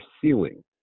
ceiling